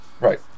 right